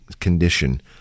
condition